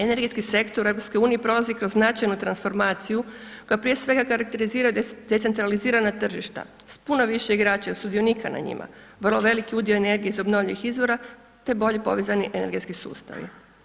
Energetski sektor EU prolazi kroz značajnu transformaciju koja prije svega karakterizira decentralizirana tržišta s puno više igrača, sudionika na njima, vrlo veliki udio energije iz obnovljivih izvora, te bolje povezani energetski sustavi.